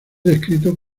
descrito